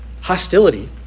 hostility